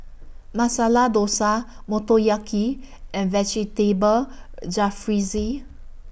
Masala Dosa Motoyaki and Vegetable Jalfrezi